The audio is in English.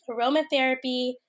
aromatherapy